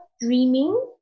dreaming